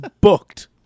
booked